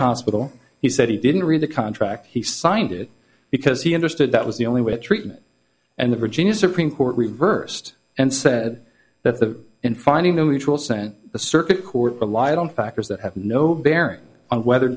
hospital he said he didn't read the contract he signed it because he understood that was the only way treatment and the virginia supreme court reversed and said that the in finding them which will sent the circuit court relied on factors that have no bearing on whether